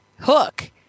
Hook